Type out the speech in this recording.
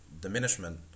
diminishment